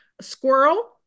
Squirrel